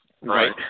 Right